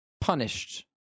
punished